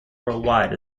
worldwide